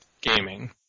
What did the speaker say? gaming